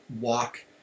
walk